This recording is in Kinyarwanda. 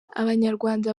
abanyarwanda